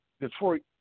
Detroit